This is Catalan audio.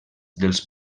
dels